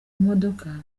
modoka